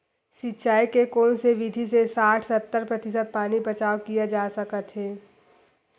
सिंचाई के कोन से विधि से साठ सत्तर प्रतिशत पानी बचाव किया जा सकत हे?